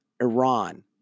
Iran